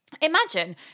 imagine